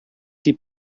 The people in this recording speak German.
die